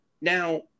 Now